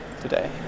today